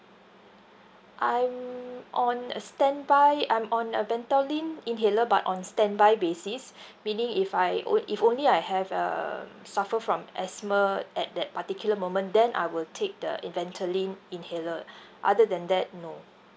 I'm on a standby I'm on a ventolin inhaler but on standby basis meaning if I on~ if only I have um suffer from asthma at that particular moment then I will take the ventolin inhaler other than that no